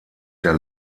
der